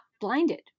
blinded